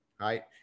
right